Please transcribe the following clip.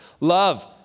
love